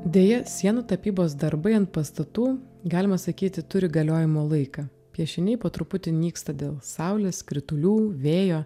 deja sienų tapybos darbai ant pastatų galima sakyti turi galiojimo laiką piešiniai po truputį nyksta dėl saulės kritulių vėjo